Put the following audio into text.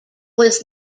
was